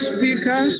Speaker